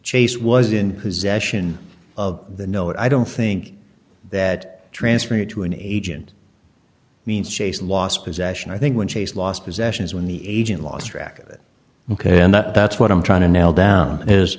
chase was in possession of the note i don't think that transferring it to an agent means chase lost possession i think when chase lost possessions when the agent lost track of it ok and that's what i'm trying to nail down is